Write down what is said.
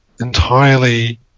entirely